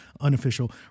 unofficial